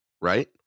right